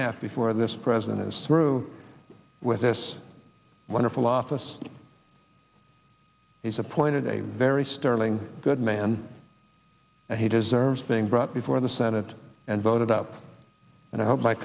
half before this president is through with this wonderful office he's appointed a very sterling good man and he deserves being brought before the senate and voted up and i hope my